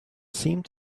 seemed